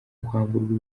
kwamburwa